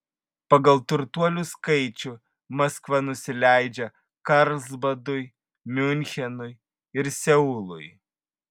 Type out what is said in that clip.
pagal turtuolių skaičių maskva nusileidžia karlsbadui miunchenui ir seului